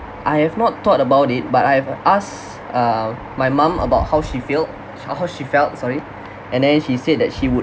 I have not thought about it but I have asked uh my mum about how she feel how how she felt sorry and then she said that she would